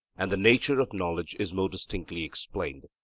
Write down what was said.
and the nature of knowledge is more distinctly explained.